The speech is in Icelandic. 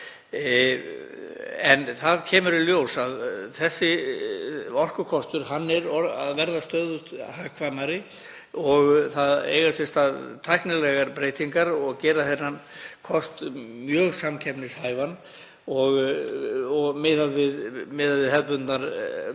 En það kemur í ljós að þessi orkukostur er að verða stöðugt hagkvæmari og það eiga sér stað tæknilegar breytingar sem gera þennan kost mjög samkeppnishæfan miðað við hefðbundna